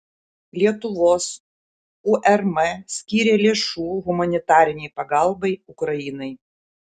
lietuvos urm skyrė lėšų humanitarinei pagalbai ukrainai